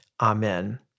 Amen